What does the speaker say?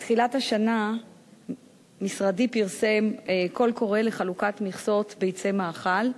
בתחילת השנה משרדי פרסם קול קורא לחלוקת מכסות ביצי מאכל,